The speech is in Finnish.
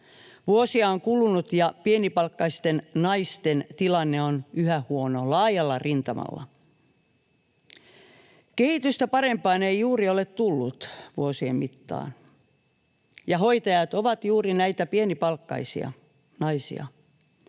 Vuosia on kulunut, ja pienipalkkaisten naisten tilanne on yhä huono laajalla rintamalla. Kehitystä parempaan ei juuri ole tullut vuosien mittaan, ja hoitajat ovat juuri näitä pienipalkkaisia naisia.